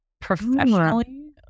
professionally